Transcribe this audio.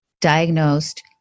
diagnosed